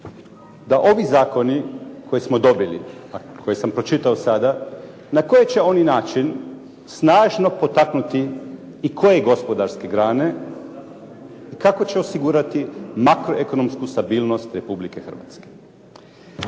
da ovi zakoni koje smo dobili, a koje sam pročitao sada, na koji će oni način snažno potaknuti i koje gospodarske grane, kako će osigurati makroekonomsku stabilnost Republike Hrvatske.